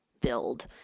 build